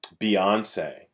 Beyonce